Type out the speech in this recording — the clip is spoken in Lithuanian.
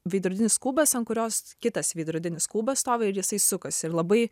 veidrodinis kubas ant kurios kitas veidrodinis kubas stovi ir jisai sukasi ir labai